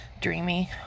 dreamy